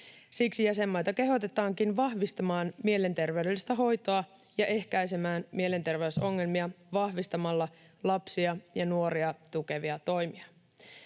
Siksi jäsenmaita kehotetaankin vahvistamaan mielenterveydellistä hoitoa ja ehkäisemään mielenterveysongelmia vahvistamalla lapsia ja nuoria tukevia toimia.